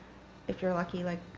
if you're lucky, like,